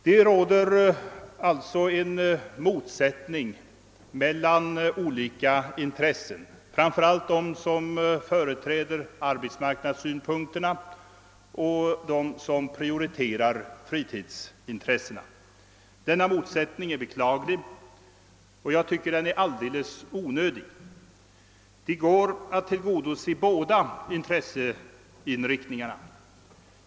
Det råder alltså en motsättning mellan olika intressen, framför allt mellan dem som företräder arbetsmarknadssynpunkterna och dem som prioriterar fritidsintressena. Denna motsättning är beklaglig och alldeles onödig. Det går att tillgodose båda intresseriktningarna.